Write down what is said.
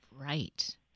Right